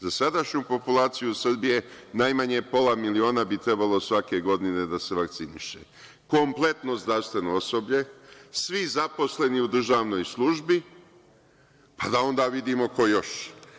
Za sadašnju populaciju Srbije najmanje pola miliona bi trebalo svake godine da se vakciniše, kompletno zdravstveno osoblje, svi zaposleni u državnoj službi, pa da onda vidimo ko još.